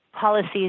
policies